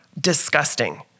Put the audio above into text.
disgusting